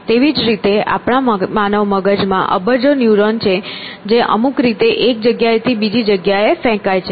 તેવી જ રીતે આપણા માનવ મગજમાં અબજો ન્યુરોન છે જે અમુક રીતે એક જગ્યાએથી બીજી જગ્યાએ ફેંકાય છે